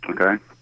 Okay